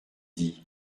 dit